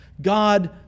God